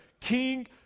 King